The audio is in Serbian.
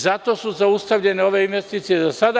Zato su zaustavljene ove investicije do sada.